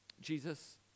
jesus